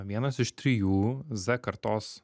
vienas iš trijų z kartos